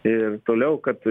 ir toliau kad